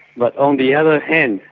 but on the other hand,